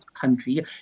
country